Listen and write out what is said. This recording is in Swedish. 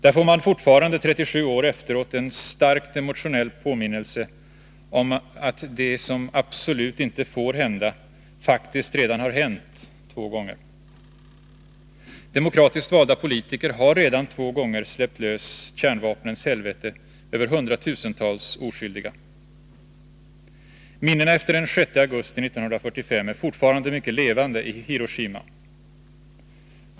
Där får man fortfarande 37 år efteråt en starkt emotionell påminnelse om att det som absolut inte får hända faktiskt redan har hänt två gånger. Demokratiskt valda politiker har redan två gånger släppt lös kärnvapnens helvete över hundratusentals oskyldiga. Minnena efter den 6 augusti 1945 är fortfarande mycket levande i Hiroshima.